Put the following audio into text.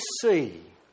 see